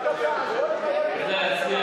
זה לא נכון.